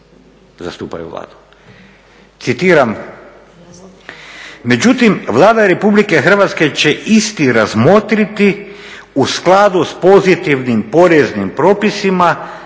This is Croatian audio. zastupaju Vladu. Citiram: